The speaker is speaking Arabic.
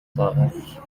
الطائر